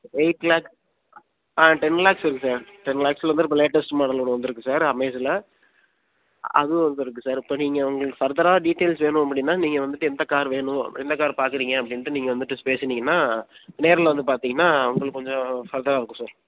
eight lakh ஆ ten lakhs இருக்குது sir ten லேக்ஸ்ல வந்து இப்போ லேட்டஸ்ட் மாடல் ஒன்று வந்திருக்கு சார் அமேஸ்ல அதுவும் வந்து இருக்குது சார் இப்போ நீங்கள் உங்களுக்கு ஃபர்தரா டீட்டெயில்ஸ் வேணும் அப்படின்னா நீங்கள் வந்துட்டு எந்த கார் வேணும் என்ன கார் பார்க்குறீங்க அப்படின்ட்டு நீங்கள் வந்துட்டு பேசுனீங்கன்னால் நேர்ல வந்து பார்த்திங்கன்னா உங்களுக்கு கொஞ்சம் ஃபர்தராக இருக்கும் சார்